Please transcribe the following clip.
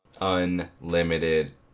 Unlimited